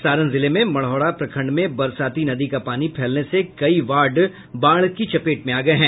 सारण जिले में मढ़ौरा प्रखंड में बरसाती नदी का पानी फैलने से कई वार्ड बाढ़ की चपेट में आ गये हैं